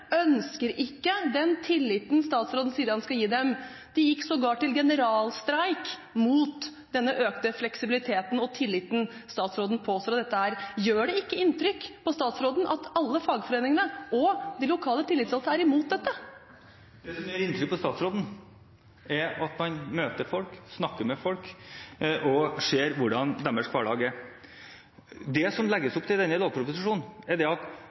ønsker ikke den tilliten statsråden sier han skal gi dem. De gikk sågar til generalstreik mot denne økte fleksibiliteten og tilliten statsråden påstår at dette er. Gjør det ikke inntrykk på statsråden at alle fagforeningene og de lokale tillitsvalgte er imot dette? Det som gjør inntrykk på statsråden, er når han møter folk, snakker med folk og ser hvordan deres hverdag er. Ja, det er riktig at